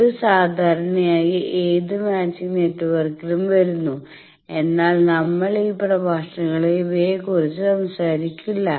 ഇത് സാധാരണയായി ഏത് 2 മാച്ചിങ് നെറ്റ്വർക്കിലും വരുന്നു എന്നാൽ നമ്മൾ ഈ പ്രഭാഷണങ്ങളിൽ ഇവയെക്കുറിച്ച് സംസാരിക്കില്ല